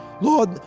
Lord